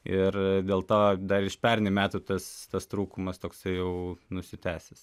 ir dėl to dar iš pernai metų tas tas trūkumas toksai jau nusitęsęs